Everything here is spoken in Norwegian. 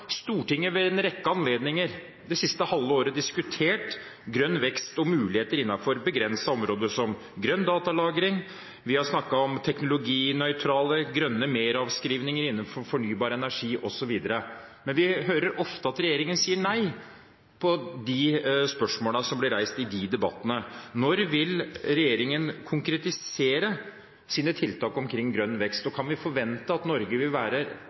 Stortinget ved en rekke anledninger det siste halve året diskutert grønn vekst og muligheter innenfor begrensede områder som f.eks. grønn datalagring, teknologinøytrale, grønne meravskrivninger innenfor fornybar energi osv. Men vi hører ofte at regjeringen svarer nei på de spørsmålene som blir reist i disse debattene. Når vil regjeringen konkretisere sine tiltak når det gjelder grønn vekst, og kan vi forvente at Norge vil være